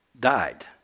died